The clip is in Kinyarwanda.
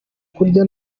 kurya